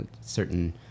certain